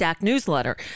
newsletter